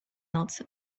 noc